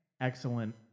Excellent